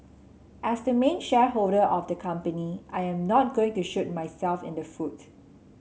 as the main shareholder of the company I am not going to shoot myself in the foot